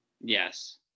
Yes